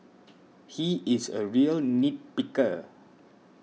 he is a real nit picker